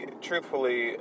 truthfully